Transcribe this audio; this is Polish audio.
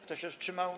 Kto się wstrzymał?